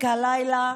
מספיק ריגושים הלילה,